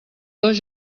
dos